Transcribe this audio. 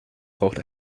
braucht